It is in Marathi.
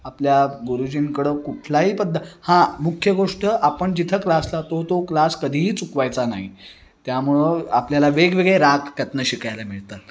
आपल्या गुरुजींकडं कुठलाही पद्धत हां मुख्य गोष्ट आपण जिथं क्लास लावतो तो क्लास कधीही चुकवायचा नाही त्यामुळं आपल्याला वेगवेगळे राग त्यातनं शिकायला मिळतात